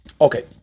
Okay